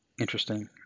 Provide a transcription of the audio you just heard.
Interesting